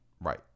Right